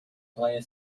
freie